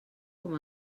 com